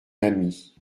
ami